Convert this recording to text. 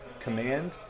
command